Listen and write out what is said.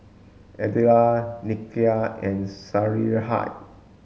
Adella Nakia and Sarahi